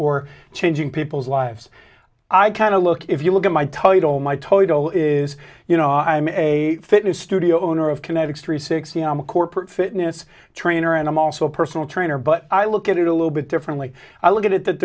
or changing people's lives i kind of look if you look at my title my todo is you know i'm a fitness studio owner of kinetics three sixty i'm a corporate fitness trainer and i'm also a personal trainer but i look at it a little bit differently i look at it that